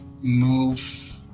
move